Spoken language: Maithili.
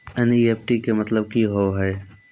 एन.ई.एफ.टी के मतलब का होव हेय?